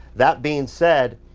that being said,